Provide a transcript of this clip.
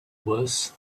worse